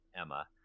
Emma